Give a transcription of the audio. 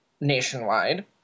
nationwide